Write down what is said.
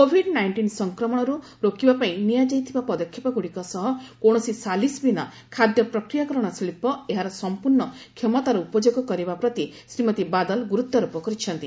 Covid nineteen ସଂକ୍ରମଣକ୍ର ରୋକିବା ପାଇଁ ନିଆଯାଇଥିବା ପଦକ୍ଷେପଗ୍ରଡ଼ିକ ସହ କୌଣସି ସାଲିସ ବିନା ଖାଦ୍ୟ ପ୍ରକ୍ରିୟାକରଣ ଶିଳ୍ପ ଏହାର ସମ୍ପର୍ଣ୍ଣ କ୍ଷମତାର ଉପଯୋଗ କରିବା ପ୍ରତି ଶ୍ରୀମତୀ ବାଦଲ ଗୁରୁତ୍ୱାରୋପ କରିଛନ୍ତି